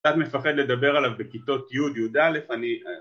קצת מפחד לדבר עליו בכיתות י', י' א', אני